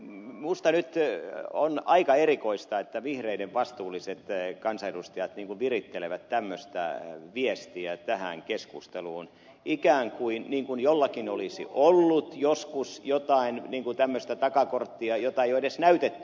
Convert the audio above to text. minusta nyt on aika erikoista että vihreiden vastuulliset kansanedustajat niin kuin virittelevät tämmöistä viestiä tähän keskusteluun ikään kuin jollakin olisi ollut joskus jotain tämmöistä takaporttia jota ei ole edes näytetty